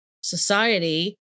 society